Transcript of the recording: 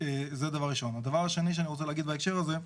דבר שני שאני רוצה להגיד בהקשר הזה,